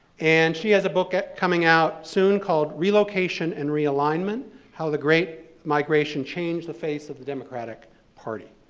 and she has a book coming out soon called relocation and realignment how the great migration changed the face of the democratic party.